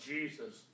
Jesus